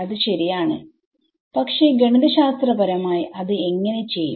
അത് ശരിയാണ് പക്ഷേ ഗണിതശാസ്ത്രപരമായി അത് എങ്ങനെ ചെയ്യും